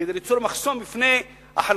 כדי ליצור מחסום בפני החלשים.